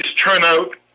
turnout